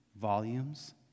volumes